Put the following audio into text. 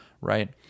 right